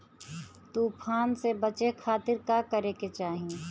तूफान से बचे खातिर का करे के चाहीं?